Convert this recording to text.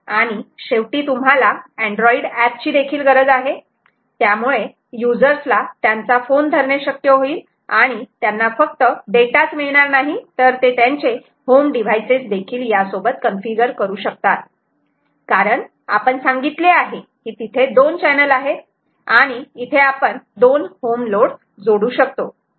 आणि शेवटी तुम्हाला अँड्रॉइड एप ची देखील गरज आहे त्यामुळे युजर्स ला त्यांचा फोन धरणे शक्य होईल आणि त्यांना फक्त डेटा च मिळणार नाही तर ते त्यांचे होम डिव्हाइसेस देखील कन्फिगर करू शकतात कारण आपण सांगितले आहे की तिथे दोन चैनल आहेत आणि इथे आपण दोन होम लोड जोडू शकतो